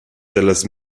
dallas